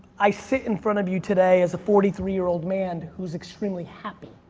i sit in front of you today as a forty three year old man who's extremely happy,